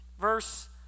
Verse